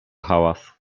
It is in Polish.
hałas